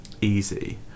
easy